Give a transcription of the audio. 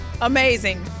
Amazing